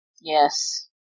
Yes